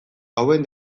hauen